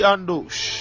Andosh